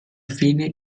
fine